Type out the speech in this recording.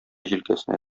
җилкәсенә